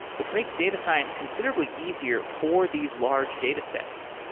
which makes data science considerably easier for these large datasets.